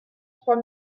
trois